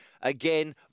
again